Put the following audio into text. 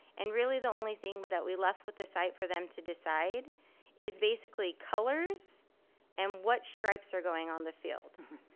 and really the only thing but that we left with the site for them to decide is basically colors and what stripes are going on the field.